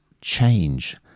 change